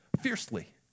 fiercely